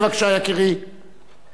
אני מתנצל על כך שאתה לא האחרון.